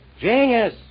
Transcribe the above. Genius